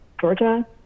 Georgia